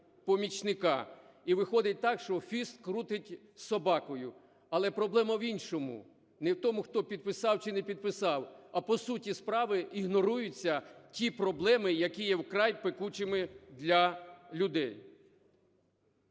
І виходить так, що хвіст крутить собакою, але проблема в іншому, не втому, хто підписав чи не підписав, а по суті справи ігноруються ті проблеми, які є вкрай пекучими для людей.